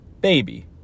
baby